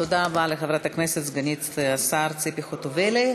תודה רבה לחברת הכנסת סגנית השר ציפי חוטובלי.